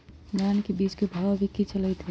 धान के बीज के भाव अभी की चलतई हई?